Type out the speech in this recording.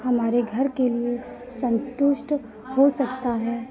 हमारे घर के लिए संतुष्ट हो सकता है